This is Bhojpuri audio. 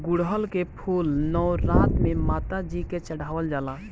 गुड़हल के फूल नवरातन में माता जी के चढ़ावल जाला